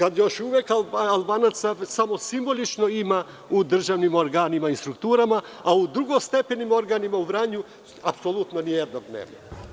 Albanaca samo simbolično ima u državnim organima i strukturama, a u drugostepenim organima u Vranju apsolutno nijednog nema.